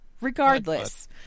Regardless